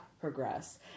progress